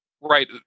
right